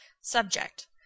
Subject